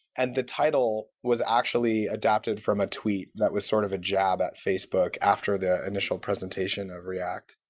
and the title was actually adopted from a tweet that was sort of a jab at facebook after the initial presentation of react.